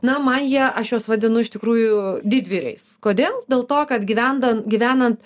na man jie aš juos vadinu iš tikrųjų didvyriais kodėl dėl to kad gyvendant gyvenant